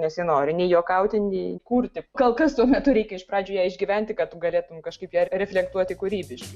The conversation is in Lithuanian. nesinori nei juokauti nei kurti kol kas tuo metu reikia iš pradžių ją išgyventi kad tu galėtum kažkaip ją reflektuoti kūrybiškai